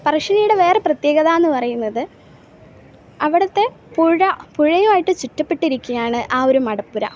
പറശ്ശിനിയുടെ വേറെ പ്രത്യേകതാന്ന് പറയുന്നത് അവിടത്തെ പുഴ പുഴയുമായിട്ട് ചുറ്റപ്പെട്ടിരിക്കുവാണ് ആ ഒരു മടപ്പുര